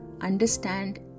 understand